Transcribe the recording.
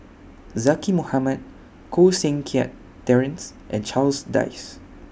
Zaqy Mohamad Koh Seng Kiat Terence and Charles Dyce